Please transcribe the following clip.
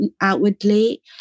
outwardly